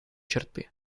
черты